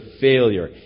failure